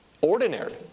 Ordinary